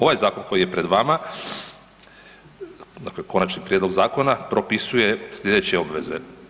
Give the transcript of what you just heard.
Ovaj zakon koji je pred vama, dakle Konačni prijedlog zakona, propisuje slijedeće obveze.